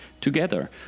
Together